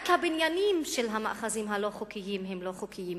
רק הבניינים של המאחזים הלא-חוקיים הם לא חוקיים,